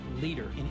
leader